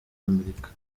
amerika